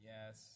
Yes